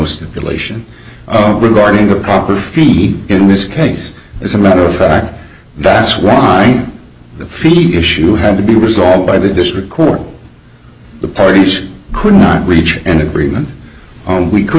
stipulation regarding the proper feet in this case as a matter of fact that's why the feet issue had to be resolved by the district court the parties could not reach an agreement on we could